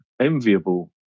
enviable